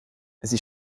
sie